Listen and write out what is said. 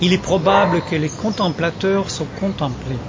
il est probable que les contemplateurs sont contemplés